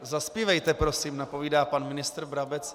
Zazpívejte, prosím, napovídá pan ministr Brabec.